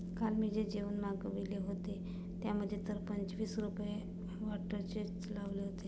काल मी जे जेवण मागविले होते, त्यामध्ये तर पंचवीस रुपये व्हॅटचेच लावले होते